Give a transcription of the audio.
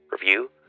review